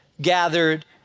gathered